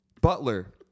Butler